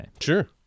Sure